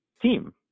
team